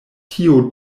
tio